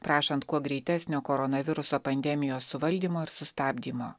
prašant kuo greitesnio koronaviruso pandemijos suvaldymo ir sustabdymo